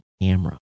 camera